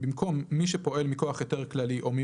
במקום "מי שפועל מכוח היתר כללי או מי